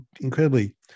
incredibly